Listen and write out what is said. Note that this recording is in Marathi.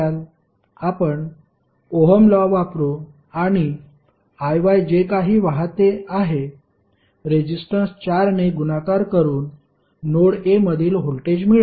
आपण ओहम लॉ वापरू आणि Iy जे काही वाहते आहे रेझिस्टन्स 4 ने गुणाकार करून नोड A मधील व्होल्टेज मिळवू